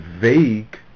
vague